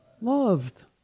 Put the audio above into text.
loved